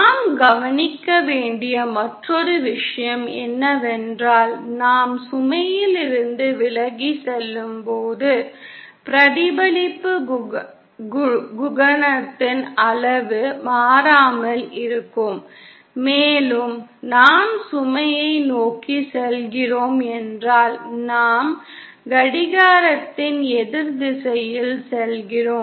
நாம் கவனிக்க வேண்டிய மற்றொரு விஷயம் என்னவென்றால் நாம் சுமையிலிருந்து விலகிச் செல்லும்போது பிரதிபலிப்பு குணகத்தின் அளவு மாறாமல் இருக்கும் மேலும் நாம் சுமையை நோக்கிச் செல்கிறோம் என்றால் நாம் கடிகாரத்தின் எதிர் திசையில் செல்கிறோம்